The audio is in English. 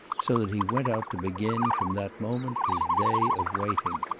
so that he went out to begin, from that moment, his day of waiting.